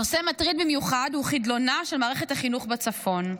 נושא מטריד במיוחד הוא חדלונה של מערכת החינוך בצפון.